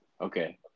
Okay